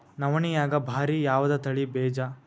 ನವಣಿಯಾಗ ಭಾರಿ ಯಾವದ ತಳಿ ಬೀಜ?